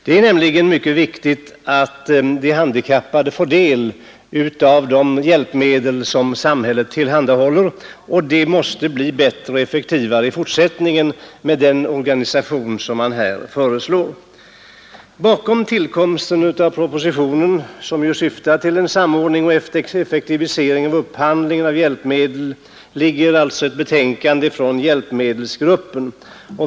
Det är nämligen mycket viktigt att de handikappade får del av de hjälpmedel som samhället tillhandahåller, och det måste bli bättre och effektivare i fortsättningen med den organisation som här föreslås. Bakom tillkomsten av propositionen som ju syftar till en samordning och effektivisering av upphandlingen av hjälpmedel ligger alltså ett betänkande från hjälpmedelsgruppen.